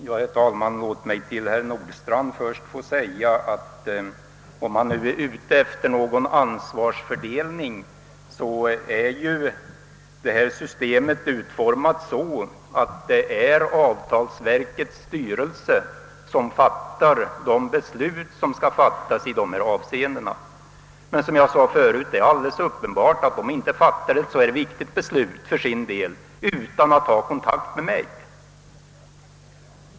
Herr talman! Låt mig till herr Nordstrandh först få säga, om han nu är ute efter någon ansvarsfördelning, att systemet är utformat så att det är avtalsverkets styrelse som fattar de beslut som skall fattas i dessa avseenden. Men som jag sade förut är det alldeles uppenbart att avtalsverkets styrelse inte fattar ett så viktigt beslut för sin del utan att ta kontakt med mig.